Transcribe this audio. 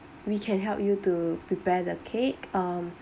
we can help you to prepare the cake um